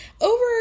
over